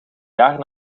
jaar